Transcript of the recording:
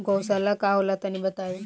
गौवशाला का होला तनी बताई?